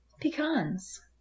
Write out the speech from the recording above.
pecans